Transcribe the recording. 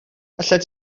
allet